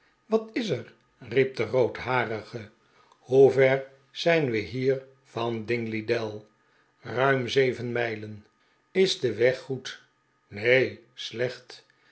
wat is er riep de roodharige hoever zijn we hier van dingley dell ruim zeven mijlen is de weg goed neen slecht